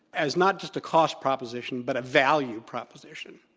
as not just a cost proposition but a value proposition.